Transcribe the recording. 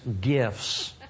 gifts